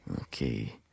Okay